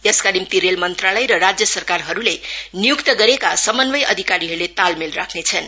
यसका निम्ति रेल मन्त्रालय र राज्य सरकारहरूले निय्क्त गरेका समन्वय अधिकारीहरूले तालमेल राख्नेछन्